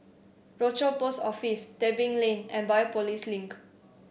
Rochor Post Office Tebing Lane and Biopolis Link